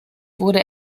wurde